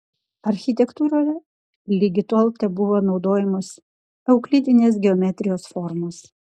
architektūroje ligi tol tebuvo naudojamos euklidinės geometrijos formos